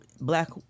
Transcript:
black